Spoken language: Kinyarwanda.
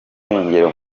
irengero